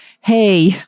hey